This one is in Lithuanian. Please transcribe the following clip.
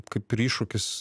kaip ir iššūkis